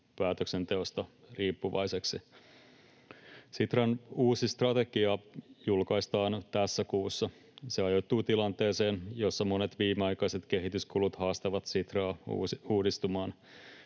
päätöksenteosta riippuvaiseksi. Sitran uusi strategia julkaistaan tässä kuussa. Se ajoittuu tilanteeseen, jossa monet viimeaikaiset kehityskulut haastavat Sitraa uudistumaan.